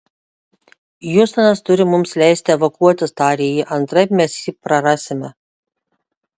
hjustonas turi mums leisti evakuotis tarė ji antraip mes jį prarasime